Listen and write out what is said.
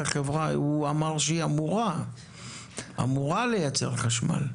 החברה הוא אמר שהיא אמורה לייצר חשמל.